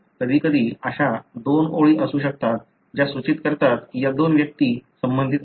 कधीकधी अशा दोन ओळी असू शकतात ज्या सूचित करतात की या दोन व्यक्ती संबंधित आहेत